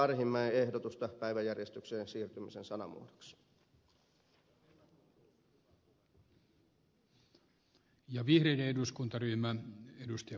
arhinmäen ehdotusta päiväjärjestykseen siirtymisen sanamuodoksi